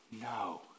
no